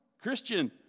Christian